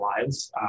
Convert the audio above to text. lives